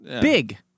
Big